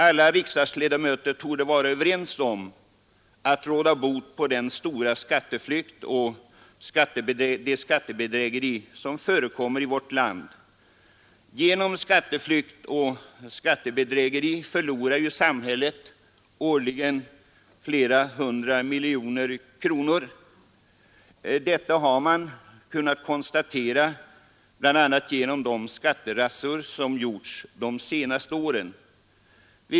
Alla riksdagsledamöter torde vara överens om att försöka råda bot på den skatteflykt och det skattebedrägeri som förekommer i vårt land. Genom skatteflykt och skattebedrägeri förlorar ju samhället årligen flera hundra miljoner kronor. Detta har man kunnat konstatera bl.a. genom de skatterazzior, som gjorts de senaste åren.